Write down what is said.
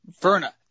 Verna